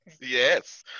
Yes